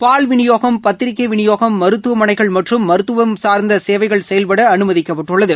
பால் விநியோகம் பத்திரிகை விநியோகம் மருத்துவமனைகள் மற்றும் மருத்துவ சார் சேவைகள் செயவ்பட அனுமதிக்கப்பட்டுள்ளது